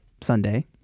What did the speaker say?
Sunday